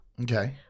okay